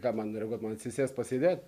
ką man reaguot man atsisėst pasėdėt